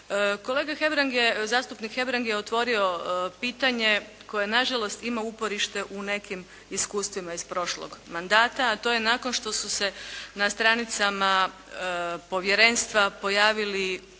Kolega Hebrang je, zastupnik Hebrang je otvorio pitanje koje na žalost ima uporište u nekim iskustvima iz prošlog mandata, a to je nakon što su se na stranicama povjerenstva pojavili detalji